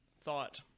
thought